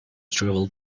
travel